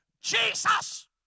Jesus